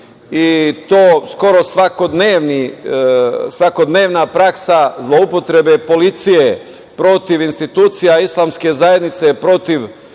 i to skoro svakodnevna praksa zloupotrebe policije protiv institucija Islamske zajednice, protiv